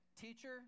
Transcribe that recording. Teacher